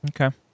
Okay